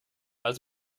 als